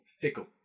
fickle